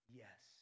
yes